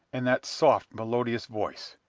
and that soft, melodious voice!